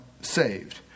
saved